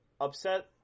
upset